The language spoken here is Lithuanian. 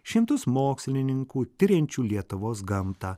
šimtus mokslininkų tiriančių lietuvos gamtą